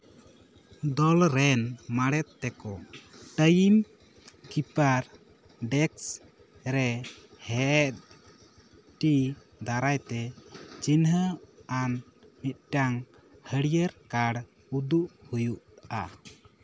ᱫᱚᱞ ᱨᱮᱱ ᱢᱟᱲᱛᱮᱠᱚ ᱴᱟᱭᱤᱢ ᱠᱤᱯᱟᱨ ᱰᱮᱠᱥ ᱨᱮ ᱮᱯᱷ ᱰᱤ ᱫᱟᱨᱟᱭ ᱛᱮ ᱪᱤᱱᱦᱟᱹ ᱟᱱ ᱢᱤᱫᱴᱟᱝ ᱦᱟᱹᱨᱭᱟᱹᱲ ᱠᱟᱲ ᱩᱫᱩᱜ ᱦᱩᱭᱩᱜᱼᱟ